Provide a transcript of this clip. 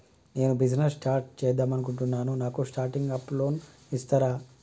నేను business start చేద్దామనుకుంటున్నాను నాకు స్టార్టింగ్ అప్ లోన్ ఇస్తారా?